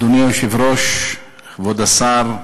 אדוני היושב-ראש, כבוד השר,